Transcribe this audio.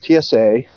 TSA